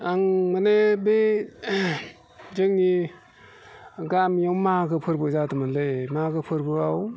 आं माने बे जोंनि गामियाव मागो फोरबो जादोंमोनलै मागो फोरबोआव